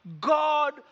God